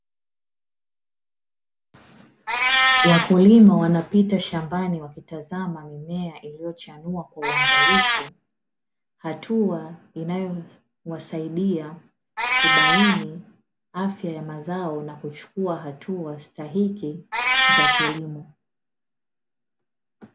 Wakulima wanapita shambani wakitazama mimea iliyochanua kwa uangalifu, hatua inayowasaidia kubaini afya ya mazao na kuchukua hatua stahiki za kilimo.